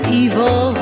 evil